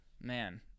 man